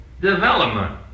development